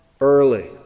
early